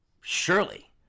surely